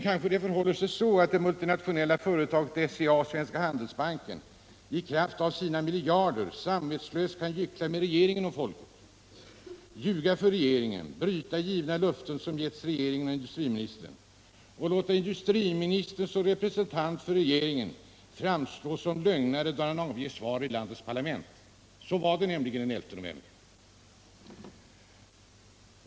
Kanske det multinationella företaget SCA och Svenska Handelsbanken i kraft av sina miljarder samvetslöst kan gyckla med regeringen och folket, ljuga för regeringen, bryta löften som givits till regeringen och industriministern och låta industriministern såsom representant för regeringen framstå såsom lögnare, då han avger svar i landets parlament. Så skedde nämligen den 11 november.